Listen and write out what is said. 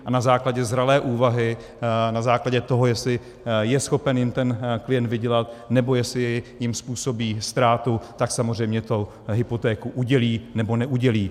A na základě zralé úvahy, na základě toho, jestli je schopen jim ten klient vydělat, nebo jestli jim způsobí ztrátu, tak samozřejmě tu hypotéku udělí, nebo neudělí.